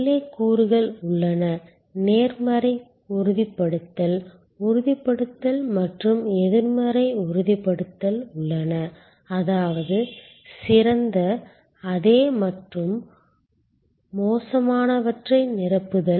உள்ளே கூறுகள் உள்ளன நேர்மறை உறுதிப்படுத்தல் உறுதிப்படுத்தல் மற்றும் எதிர்மறை உறுதிப்படுத்தல் உள்ளன அதாவது சிறந்த அதே மற்றும் மோசமானவற்றை நிரப்புதல்